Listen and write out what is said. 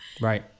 Right